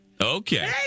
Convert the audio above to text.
Okay